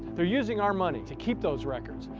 they're using our money to keep those records,